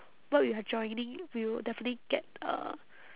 what we are joining we will definitely get uh